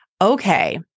okay